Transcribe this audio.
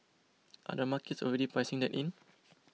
are the markets already pricing that in